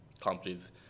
companies